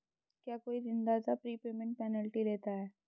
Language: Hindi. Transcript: क्या कोई ऋणदाता प्रीपेमेंट पेनल्टी लेता है?